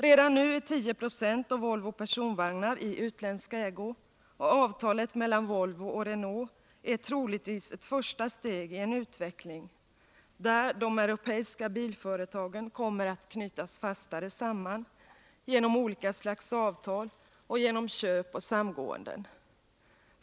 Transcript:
Redan nu är 10 26 av Volvo Personvagnar i utländsk ägo, och avtalet mellan Volvo och Renault är troligtvis ett första steg i en utveckling, där de europeiska bilföretagen kommer att knytas fastare samman genom olika slags avtal och genom köp och samgåenden.